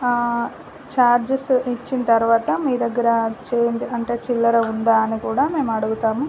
ఆ చార్జెస్ ఇచ్చిన తరువాత మీ దగ్గర చేంజ్ అంటే చిల్లర ఉందా అని కూడా మేము అడుగుతాము